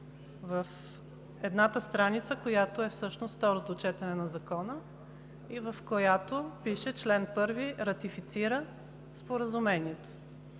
в едната страница, която е всъщност второто четене на Закона и в която пише: „Член първи. Ратифицира споразумението“.